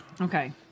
Okay